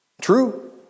True